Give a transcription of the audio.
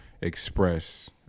express